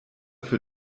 für